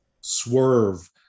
swerve